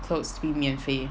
clothes to be 免费